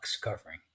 covering